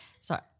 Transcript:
Sorry